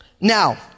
Now